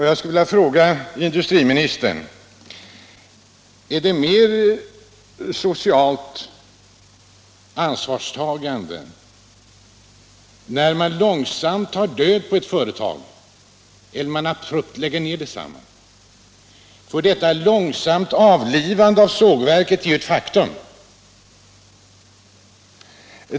Jag skulle vilja fråga industriministern: Visar man mer socialt ansvar, när man långsamt tar död på ett företag än när man abrupt lägger ned det? Detta långsamma avlivande av sågverket är ju ett faktum.